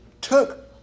took